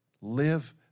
Live